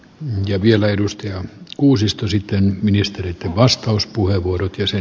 vie vielä edusti se hallinnoidaan yhdestä ainoasta paikasta